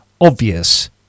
obvious